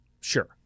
Sure